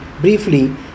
briefly